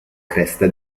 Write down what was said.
cresta